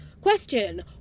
question